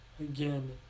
again